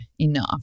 enough